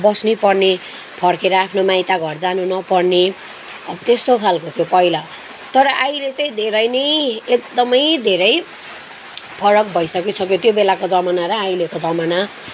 बस्नै पर्ने फर्केर आफ्नो माइत घर जानु नपर्ने अब त्यस्तो खालको थियो पहिला तर अहिले चाहिँ धेरै नै एकदमै धेरै फरक भइसकिसक्यो त्यो बेलाको जमाना र अहिलेको जमाना